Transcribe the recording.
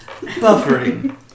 Buffering